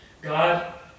God